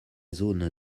zone